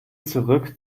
zurück